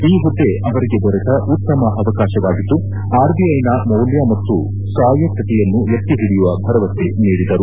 ಈ ಹುದ್ದೆ ಅವರಿಗೆ ದೊರೆತ ಉತ್ತಮ ಅವಕಾಶವಾಗಿದ್ದು ಆರ್ ಬಿ ಐ ನ ಮೌಲ್ಯ ಮತ್ತು ಸ್ವಾಯತ್ತತೆಯನ್ನು ಎತ್ತಿ ಹಿಡಿಯುವ ಭರವಸೆ ನೀಡಿದರು